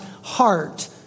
heart